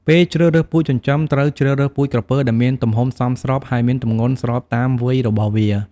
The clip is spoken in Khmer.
ពេលជ្រើសរើសពូជចិញ្ចឹម ត្រូវជ្រើសរើសពូជក្រពើដែលមានទំហំសមស្រប ហើយមានទម្ងន់ស្របតាមវ័យរបស់វា។